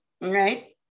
right